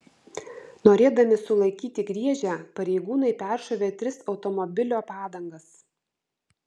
norėdami sulaikyti griežę pareigūnai peršovė tris automobilio padangas